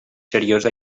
seriosa